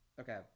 Okay